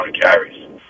carries